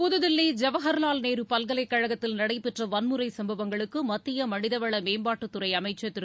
புதுதில்லி ஜவஹர்லால் நேரு பல்கலைக் கழகத்தில் நடைபெற்ற வன்முறைச் சம்பவங்களுக்கு மத்திய மனிதவள மேம்பாட்டுத் துறை அமைச்சர் திரு